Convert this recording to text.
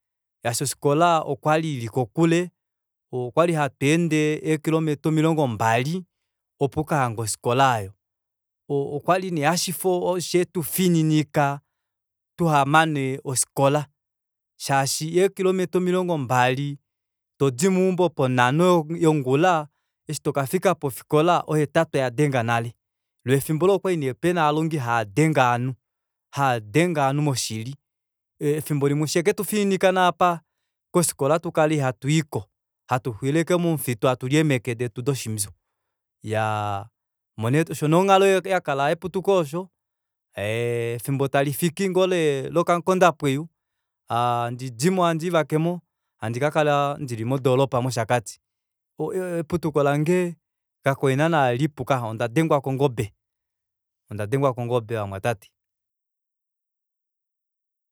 Shaashi ofikola okwali ili kokule okwali hatweende eekilometer omilongo mbali opo ukahange ofikola aayo okwali nee shetufininika tuhamane ofikola shaashi eekilometa omilongo mbali todi meumbo ponhano yongula eshi tokafika pofikola pofikola ohetatu oyadenga nale loo efimbo olo opali nee ovalongi haadenge ovanhu haadenge ovanhu moshili efimbo limwe osheketufininika nee apa kofikola tukale ihatuuyiko hatu xulile ashike momufitu hatuli eemeke detu doshimbpyu osho nee onghalo yakala yeputuko efimbo talifiki lokamukondapweyu handi dimo handivakemo handi kakala ndili modropa moshakati eputuko lange kakwali naana lipu kaya ondadengwa kongobe ondadengwa kongobe vamwatate